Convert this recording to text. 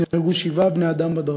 נהרגו שבעה בני-אדם בדרכים.